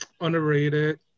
underrated